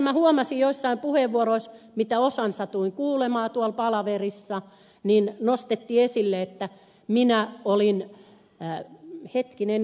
sitten huomasin että täällä jossakin puheenvuorossa josta osan satuin kuulemaan palaverissa nostettiin esille että voi kuinka minä olin ed